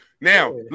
Now